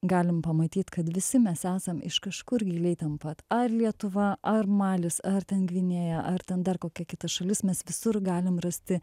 galim pamatyt kad visi mes esam iš kažkur giliai ten pat ar lietuva ar malis ar ten gvinėja ar ten dar kokia kita šalis mes visur galim rasti